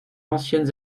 anciennes